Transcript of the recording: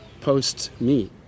post-me